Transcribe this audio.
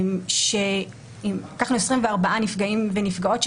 לקחנו 24 נפגעים ונפגעות,